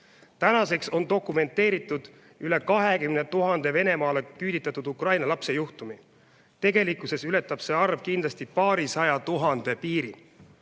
Tänaseks on dokumenteeritud üle 20 000 Venemaale küüditatud ukraina lapse juhtumit, tegelikkuses ületab see arv kindlasti paarisaja tuhande piiri.